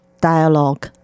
dialogue